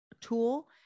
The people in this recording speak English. tool